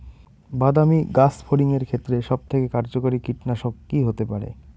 বাদামী গাছফড়িঙের ক্ষেত্রে সবথেকে কার্যকরী কীটনাশক কি হতে পারে?